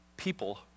people